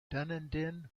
dunedin